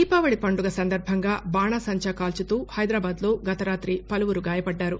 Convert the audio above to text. దీపావళి పండుగ సందర్భంగా బాణాసంచా కాల్పుతూ హైదరాబాద్లో గత రాతి పలువురు గాయపడ్డారు